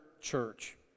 church